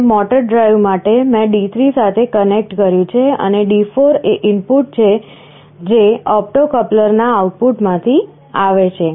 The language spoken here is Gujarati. અને મોટર ડ્રાઇવ માટે મેં D3 સાથે કનેક્ટ કર્યું છે અને D4 એ ઇનપુટ છે જે ઓપ્ટો કપ્લરના આઉટપુટમાંથી આવે છે